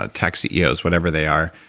ah tech ceos, whatever they are,